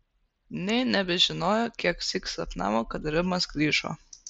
nė nebežinojo kieksyk sapnavo kad rimas grįžo